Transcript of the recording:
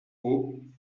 aux